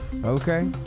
Okay